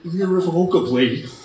irrevocably